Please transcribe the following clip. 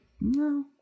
No